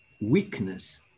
weakness